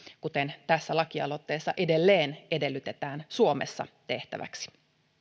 kuten tässä lakialoitteessa edelleen edellytetään suomessa tehtäväksi